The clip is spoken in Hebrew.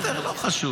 בסדר, לא חשוב.